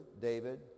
David